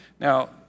Now